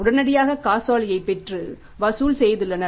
உடனடியாக காசோலையை பெற்று வசூல் செய்துள்ளனர்